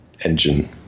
engine